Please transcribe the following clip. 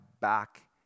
back